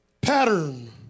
pattern